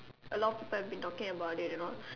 a lot of people have been talking about it and all